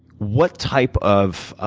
what type of